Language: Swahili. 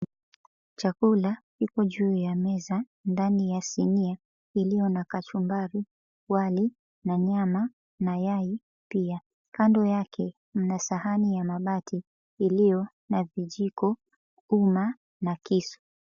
Chakula iko juu ya meza ndani ya sinia iliyo na kachumbari, wali na nyama, mayai pia. Kando yake mna sahani ya mabati iliyo na vijiko, uma na kisu.